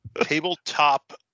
tabletop